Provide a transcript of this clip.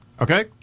okay